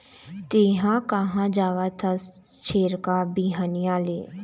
तेंहा कहाँ जावत हस छेरका, बिहनिया ले?